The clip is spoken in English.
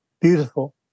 Beautiful